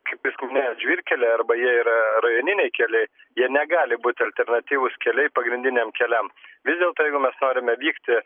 kaip jūs minėjot žvyrkeliai arba jie yra rajoniniai keliai jie negali būt alternatyvūs keliai pagrindiniam keliam vis dėlto jeigu mes norime vykti